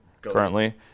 currently